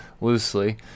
loosely